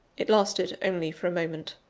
it lasted only for a moment.